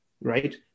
right